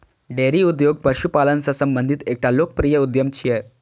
dairy उद्योग पशुपालन सं संबंधित एकटा लोकप्रिय उद्यम छियै